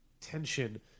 tension